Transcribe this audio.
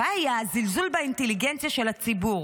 הבעיה היא הזלזול באינטליגנציה של הציבור.